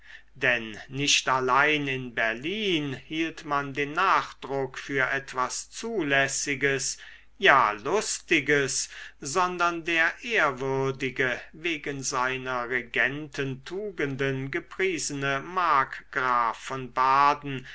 denn nicht allein in berlin hielt man den nachdruck für etwas zulässiges ja lustiges sondern der ehrwürdige wegen seiner regententugenden gepriesene markgraf von baden